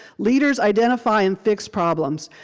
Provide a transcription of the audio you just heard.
leaders identify and fix problems.